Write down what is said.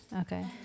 Okay